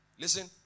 Listen